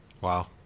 Wow